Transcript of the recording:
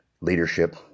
leadership